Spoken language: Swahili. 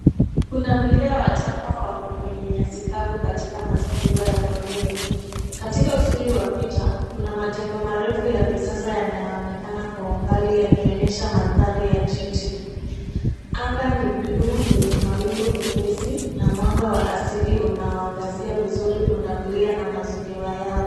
Pundamilia watano wako kwenye nyasi kavu katika mazingira ya porini. Katika usuli wa picha kuna majengo marefu ya kisasa yanayoonekana kwa umbali yakionyesha mandhari ya jiji. Anga ni bluu lenye mawingu mepesi na mwanga wa asili unaoangazia vizuri pundamilia na mazingira yao.